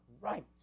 right